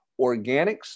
Organics